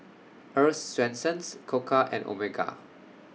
Earl's Swensens Koka and Omega